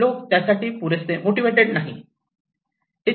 लोकं त्यासाठी पुरेसे मोटिवेटेड नाही